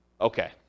okay